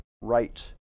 right